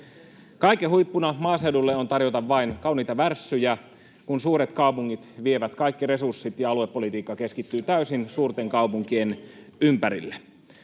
Kaiken huippuna maaseudulle on tarjota vain kauniita värssyjä, kun suuret kaupungit vievät kaikki resurssit ja aluepolitiikka keskittyy täysin suurten kaupunkien ympärille.